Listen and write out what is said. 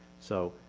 so,